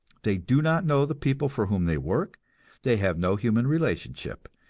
they do not know the people for whom they work they have no human relationship,